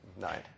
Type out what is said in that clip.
Nine